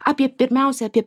apie pirmiausia apie